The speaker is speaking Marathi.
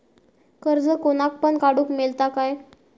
कर्ज कोणाक पण काडूक मेलता काय?